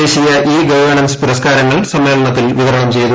ദേശീയ e governance പുരസ്കാരങ്ങൾ സമ്മേളനത്തിൽ വിതരണം ചെയ്തു